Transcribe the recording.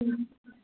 ꯎꯝ